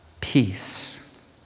Peace